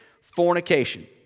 fornication